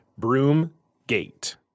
Broomgate